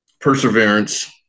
Perseverance